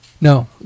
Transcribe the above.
No